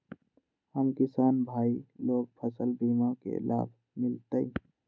हम किसान भाई लोग फसल बीमा के लाभ मिलतई?